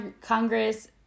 Congress